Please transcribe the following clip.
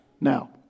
Now